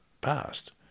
past